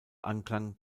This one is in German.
anklang